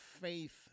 faith